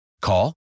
Call